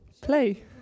play